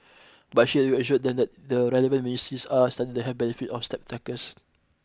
but she assured them that the relevant are studying the health benefits of step trackers